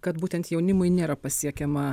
kad būtent jaunimui nėra pasiekiama